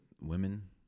women